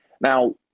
Now